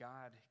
God